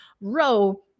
row